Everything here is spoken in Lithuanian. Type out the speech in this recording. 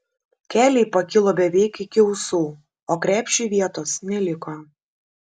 keliai pakilo beveik iki ausų o krepšiui vietos neliko